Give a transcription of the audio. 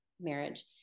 marriage